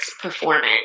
performance